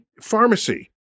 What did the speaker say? pharmacy